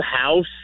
house